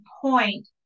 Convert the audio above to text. point